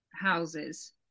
houses